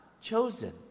chosen